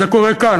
זה קורה כאן,